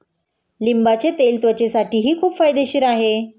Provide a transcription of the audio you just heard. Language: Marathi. लिंबाचे तेल त्वचेसाठीही खूप फायदेशीर आहे